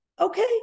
Okay